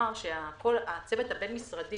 הצוות הבין משרדי